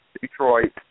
Detroit